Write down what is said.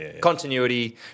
continuity